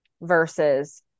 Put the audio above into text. versus